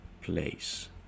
place